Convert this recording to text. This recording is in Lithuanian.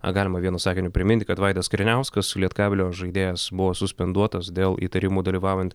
a galima vienu sakiniu priminti kad vaidas kariniauskas su lietkabelio žaidėjas buvo suspenduotos dėl įtarimų dalyvaujant